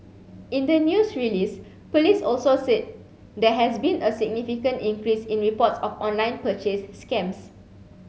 in the news release police also said there has been a significant increase in reports of online purchase scams